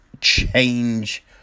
change